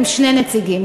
עם שני נציגים.